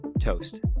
toast